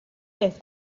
this